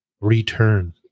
Return